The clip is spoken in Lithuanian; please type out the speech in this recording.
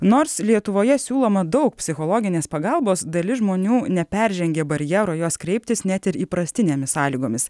nors lietuvoje siūloma daug psichologinės pagalbos dalis žmonių neperžengė barjero jos kreiptis net ir įprastinėmis sąlygomis